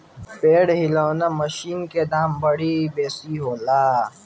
पेड़ हिलौना मशीन के दाम बड़ी बेसी होला